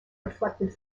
reflected